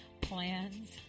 plans